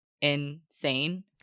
insane